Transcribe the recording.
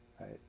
right